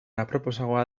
aproposagoa